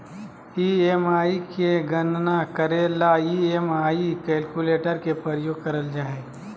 EMI के गणना करे ले ई.एम.आई कैलकुलेटर के प्रयोग करल जा हय